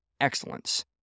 excellence